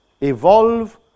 Evolve